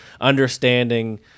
understanding